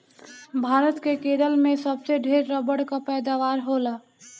भारत के केरल में सबसे ढेर रबड़ कअ पैदावार होला